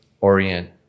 orient